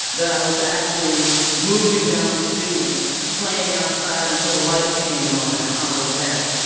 that i was actually moving down the street and playing outside until the lights came on and all of that.